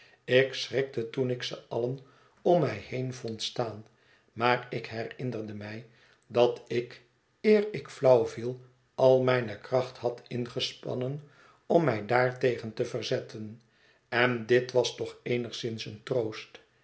ik schrikte toen ik ze allen om mij heen vond staan maar ik herinnerde mij dat ik eer ik flauw viel al mijne kracht had ingespannen om mij daartegen te verzetten en dit was toch eenigszins een troost